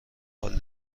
حال